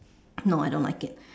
no I don't like it